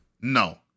no